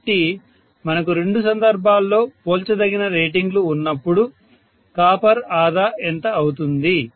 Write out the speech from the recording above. కాబట్టి మనకు రెండు సందర్భాల్లో పోల్చదగిన రేటింగ్లు ఉన్నప్పుడు కాపర్ ఆదా ఎంత అవుతుంది